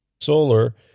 Solar